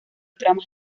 tramas